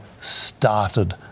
started